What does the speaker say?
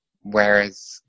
Whereas